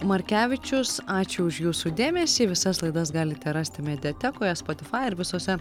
markevičius ačiū už jūsų dėmesį visas laidas galite rasti mediatekoje spotifai ir visose